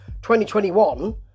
2021